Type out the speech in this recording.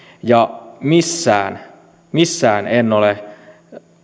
ja missään missään en ole